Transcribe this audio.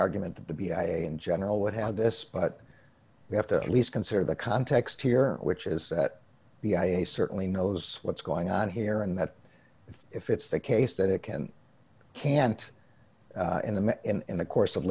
argument that the b i and general would have this but we have to at least consider the context here which is that the ira certainly knows what's going on here and that if it's the case that it can't can't in the in the course of